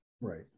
right